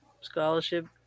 scholarship